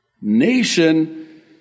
nation